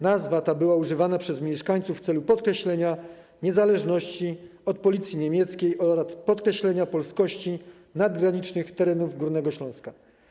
Nazwa ta była używana przez mieszkańców w celu podkreślenia niezależności od policji niemieckiej oraz podkreślenia polskości nadgranicznych terenów Górnego Śląska.